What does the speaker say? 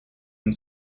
and